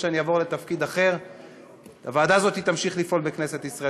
מחסור בפסיכותרפיה במגזר הערבי,